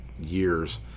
years